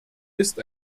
ist